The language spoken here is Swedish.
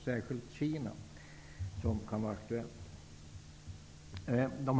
Särskilt Kina kan då bli aktuellt.